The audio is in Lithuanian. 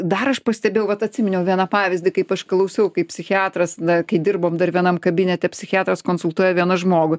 dar aš pastebėjau vat atsiminiau vieną pavyzdį kaip aš klausiau kaip psichiatras na kai dirbom dar vienam kabinete psichiatras konsultuoja vieną žmogų